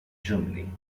germany